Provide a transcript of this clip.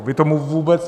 Vy tomu vůbec...